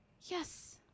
Yes